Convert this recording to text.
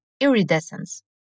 Iridescence